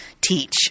teach